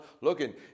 looking